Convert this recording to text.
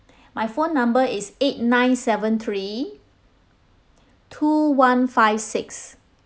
my phone number is eight nine seven three two one five six